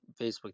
Facebook